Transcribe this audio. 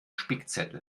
spickzettel